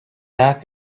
that